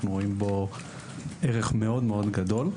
אנחנו רואים בו ערך גדול מאוד.